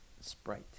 Sprite